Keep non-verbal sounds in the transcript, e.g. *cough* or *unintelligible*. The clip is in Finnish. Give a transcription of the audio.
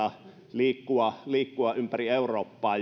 liikkua liikkua ympäri eurooppaa *unintelligible*